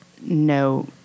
no